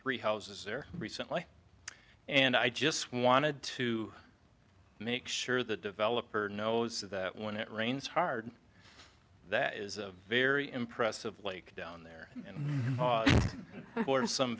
three houses there recently and i just wanted to make sure the developer knows that when it rains hard that is a very impressive lake down there